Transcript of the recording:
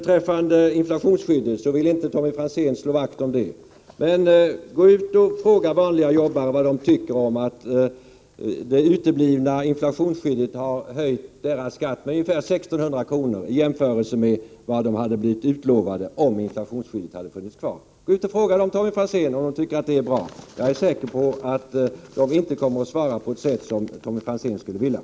Tommy Franzén vill inte slå vakt om inflationsskyddet. Gå ut och fråga vanliga jobbare vad de tycker om att det uteblivna inflationsskyddet har höjt deras skatt med ungefär 1 600 kr. i jämförelse med vad de utlovades om inflationsskyddet hade funnits kvar! Fråga dem om de tycker att det är bra, Tommy Franzén! Jag är säker på att de inte kommer att svara på ett sätt som Tommy Franzén önskar.